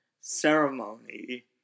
ceremony